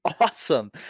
awesome